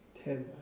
ten